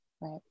Right